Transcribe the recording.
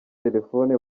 telefone